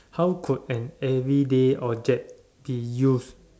how could an everyday object be used